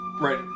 right